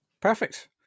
perfect